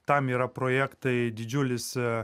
tam yra projektai didžiulis